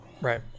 Right